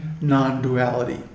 non-duality